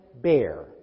bear